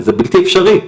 זה בלתי אפשרי.